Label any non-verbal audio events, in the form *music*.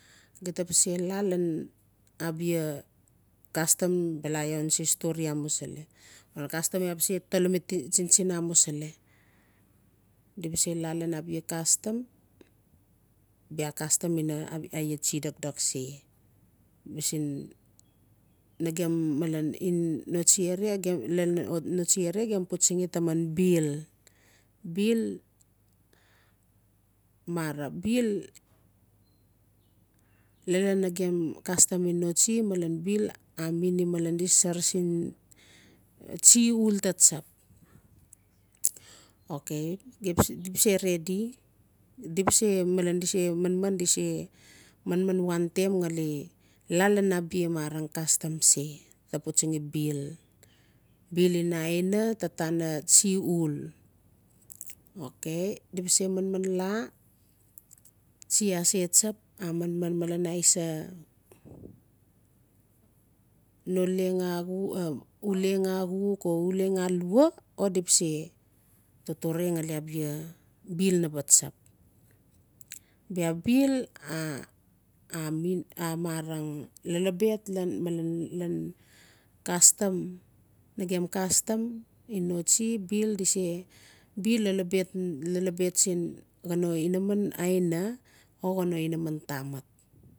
Gita ba se laa lan abia xastam iaa ba tolomi tsintsin amusili di ba se laa lan abia xastam ba castam ina tsi dokdok se *unintelligible* nagem malen in noasti area *unintelligible* gem putsingi bil bill mara bill lalan nagem castam xan noasti malen bill a meanim malen di sar sir tsi uul taa tsap okay di ba se redi *hesitation* malen di se manman wanteem xale laa lan aina taa tana tsi uul okay di ba se manman laa tsi ase tsap a manman malen aisa no leng axuk uleng axuk o uleng alwa o di ba se totore xale abia bill na ba tsap bia bill *hesitation* lolobet *hesitation* castam nagem castam xan noasti bill lolobet sin xan no inaman aina o xan no inaman tamat